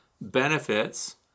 benefits